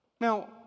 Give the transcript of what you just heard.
Now